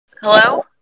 Hello